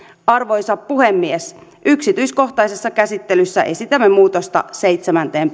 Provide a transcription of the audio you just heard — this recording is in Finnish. arvoisa puhemies yksityiskohtaisessa käsittelyssä esitämme muutosta seitsemänteen